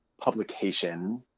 publication